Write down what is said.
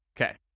Okay